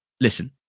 listen